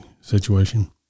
situation